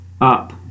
up